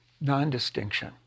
non-distinction